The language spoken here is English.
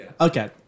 Okay